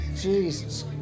Jesus